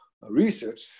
research